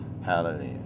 hallelujah